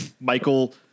Michael